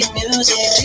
music